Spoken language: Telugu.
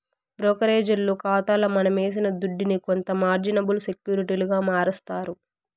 బ్రోకరేజోల్లు కాతాల మనమేసిన దుడ్డుని కొంత మార్జినబుల్ సెక్యూరిటీలుగా మారస్తారు